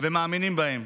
ומאמינים בהם,